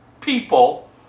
people